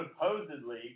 supposedly